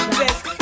best